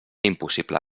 impossible